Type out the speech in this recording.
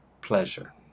pleasure